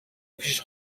پیش